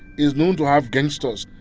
is known to have gangsters.